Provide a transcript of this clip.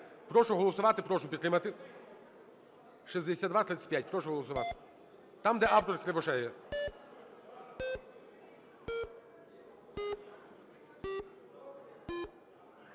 Прошу голосувати, прошу підтримати. 6235, прошу голосувати. Там, де автор Кривошея.